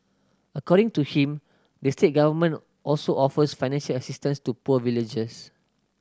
according to him the state government also offers finance assistance to poor villagers